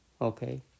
Okay